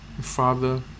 Father